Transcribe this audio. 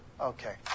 Okay